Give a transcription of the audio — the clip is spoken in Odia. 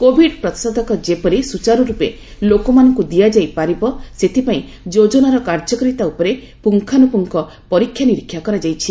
କୋବିଡ୍ ପ୍ରତିଷେଧକ ଯେପରି ସୂଚାରୁରୂପେ ଲୋକମାନଙ୍କୁ ଦିଆଯାଇପାରିବ ସେଥିପାଇଁ ଯୋଜନାର କାର୍ଯ୍ୟକାରିତା ଉପରେ ପୁଙ୍ଗାନୁପୁଙ୍ଖ ପରୀକ୍ଷାନିରୀକ୍ଷା କରାଯାଇଛି